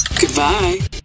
Goodbye